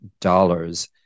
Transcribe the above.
dollars